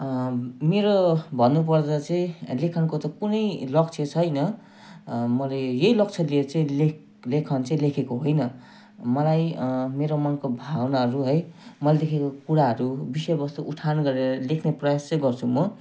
मेरो भन्नुपर्ने चाहिँ लेखनको त कुनै लक्ष्य छैन मलाई यही लक्ष्य लिएर चाहिँ लेख लेखन चाहिँ लेखेको होइन मलाई मेरो मनको भावनाहरू है मैले देखेको कुराहरू विषयवस्तु उठान गरेर लेख्ने प्रयास चाहिँ गर्छु म